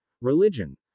Religion